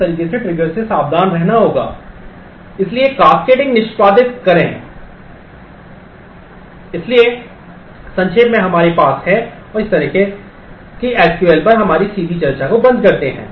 इसलिए संक्षेप में हमारे पास है और इस तरह की एसक्यूएल में लिख सकते हैं